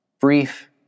brief